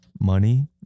Money